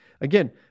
Again